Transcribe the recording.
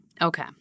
okay